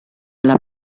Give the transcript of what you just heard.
alla